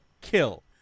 kill